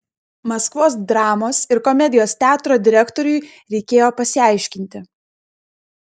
maskvos dramos ir komedijos teatro direktoriui reikėjo pasiaiškinti